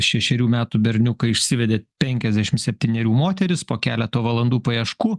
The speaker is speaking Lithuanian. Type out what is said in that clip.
šešerių metų berniuką išsivedė penkiasdešim septynerių moteris po keleto valandų paieškų